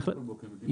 נכון,